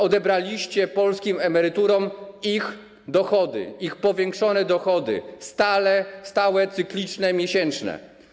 Odebraliście polskim emerytom ich dochody, ich powiększone dochody, stałe, cykliczne, miesięczne.